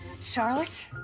Charlotte